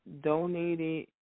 donated